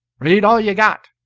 read all you've got!